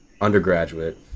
undergraduate